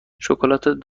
شکلات